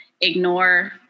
ignore